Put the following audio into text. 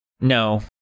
No